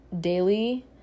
daily